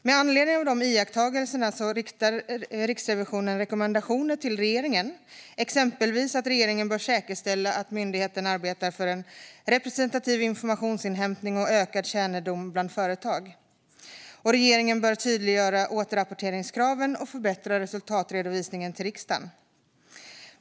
Med anledning av de iakttagelserna riktar Riksrevisionen rekommendationer till regeringen, exempelvis att regeringen bör säkerställa att myndigheten arbetar för en representativ informationsinhämtning och ökad kännedom bland företag. Regeringen bör tydliggöra återrapporteringskraven och förbättra resultatredovisningen till riksdagen.